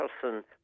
person